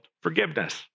forgiveness